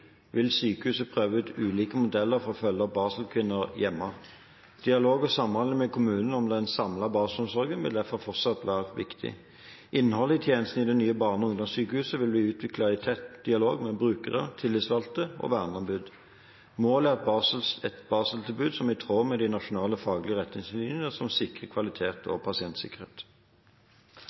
vil sykehuset prøve ut ulike modeller for å følge opp barselkvinner hjemme. Dialog og samhandling med kommunene om den samlede barselomsorgen vil derfor fortsatt være viktig. Innholdet i tjenesten i det nye barne- og ungdomssykehuset vil bli utviklet i tett dialog med brukere, tillitsvalgte og verneombud. Målet er et barseltilbud som er i tråd med de nasjonale faglige retningslinjene, som sikrer kvalitet og pasientsikkerhet.